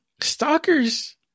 Stalkers